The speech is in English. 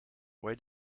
why